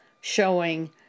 showing